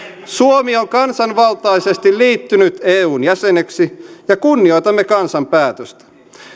suomi on kansanvaltaisesti liittynyt eun jäseneksi ja kunnioitamme kansan päätöstä